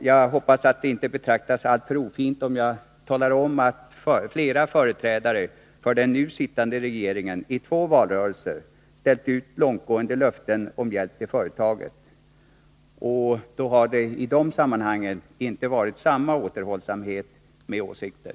Jag hoppas att det inte betraktas som alltför ofint om jag talar om att flera företrädare för den nu sittande regeringen i två valrörelser har ställt ut långtgående löften om hjälp till företaget. I de sammanhangen har det inte varit samma återhållsamhet med åsikter.